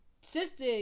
sister